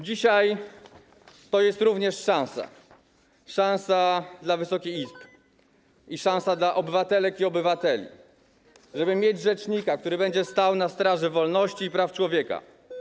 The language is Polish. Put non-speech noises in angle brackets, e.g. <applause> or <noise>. Dzisiaj to jest również szansa, szansa dla Wysokiej Izby <noise> i szansa dla obywatelek i obywateli, żeby mieć rzecznika, który będzie stał na staży wolności i praw człowieka.